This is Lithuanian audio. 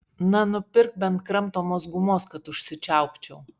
na nupirk bent kramtomos gumos kad užsičiaupčiau